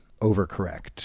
overcorrect